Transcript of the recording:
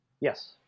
Yes